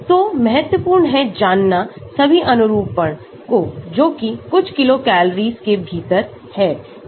तो महत्वपूर्ण है जानना सभी अनुरूपण कोजोकि कुछ किलो कलरीज के भीतर हैं